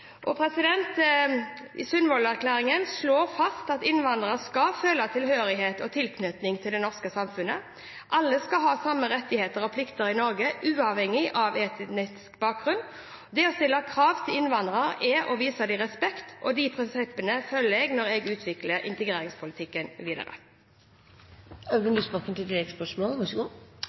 slår fast at innvandrere skal føle tilhørighet og tilknytning til det norske samfunnet. Alle skal ha samme rettigheter og plikter i Norge, uavhengig av etnisk bakgrunn. Det å stille krav til innvandrere er å vise dem respekt. Disse prinsippene følger jeg når jeg utvikler integreringspolitikken videre.